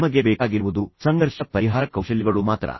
ನಿಮಗೆ ಬೇಕಾಗಿರುವುದು ಸಂಘರ್ಷ ಪರಿಹಾರ ಕೌಶಲ್ಯಗಳು ಮಾತ್ರ